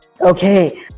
Okay